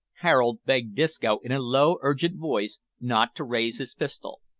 harold begged disco, in a low, urgent voice, not to raise his pistol.